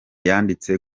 yanditse